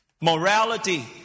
Morality